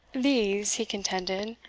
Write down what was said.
these, he contended,